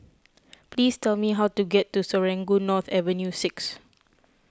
please tell me how to get to Serangoon North Avenue six